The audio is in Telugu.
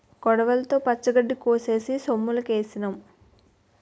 కొడవలితో పచ్చగడ్డి కోసేసి సొమ్ములుకేసినాం